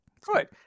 Good